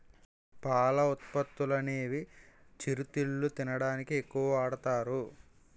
పాల ఉత్పత్తులనేవి చిరుతిళ్లు తినడానికి ఎక్కువ వాడుతారు